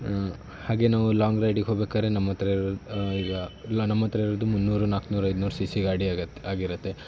ಹಾಗೇ ನಾವು ಲಾಂಗ್ ರೈಡಿಗೆ ಹೋಗ್ಬೇಕಾದ್ರೆ ನಮ್ಮತ್ರ ಈಗ ಇಲ್ಲ ನಮ್ಮ ಹತ್ರ ಇರೋದು ಮುನ್ನೂರು ನಾನೂರು ಐನೂರು ಸಿ ಸಿ ಗಾಡಿ ಆಗತ್ತೆ ಆಗಿರುತ್ತೆ